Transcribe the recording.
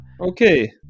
Okay